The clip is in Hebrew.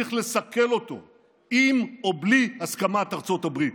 תמשיך לסכל אותו עם או בלי ארצות הברית.